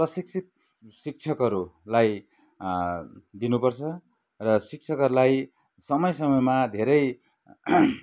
प्रशिक्षित शिक्षकहरूलाई दिनु पर्छ र शिक्षकहरूलाई समय समयमा धेरै